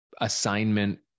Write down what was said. assignment